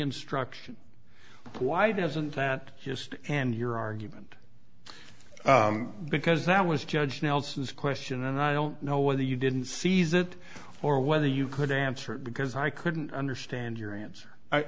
instruction but why doesn't that just and your argument because that was judge nelson's question and i don't know whether you didn't seize it or whether you could answer it because i couldn't understand your answer